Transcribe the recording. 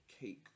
cake